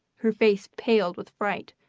her face paled with fright,